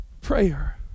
Prayer